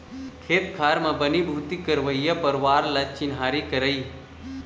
खेत खार म बनी भूथी करइया परवार ल चिन्हारी करई